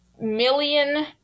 million